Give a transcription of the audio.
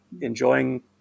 enjoying